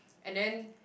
and then